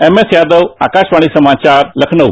MS Yadav Akashvani समाचार लखनऊ